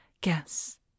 guess